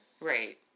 Right